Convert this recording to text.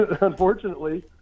unfortunately